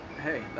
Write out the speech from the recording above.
hey